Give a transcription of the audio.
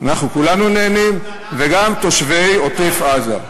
אנחנו כולנו נהנים, וגם תושבי עוטף-עזה.